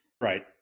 Right